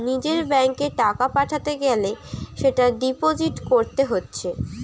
নিজের ব্যাংকে টাকা পাঠাতে গ্যালে সেটা ডিপোজিট কোরতে হচ্ছে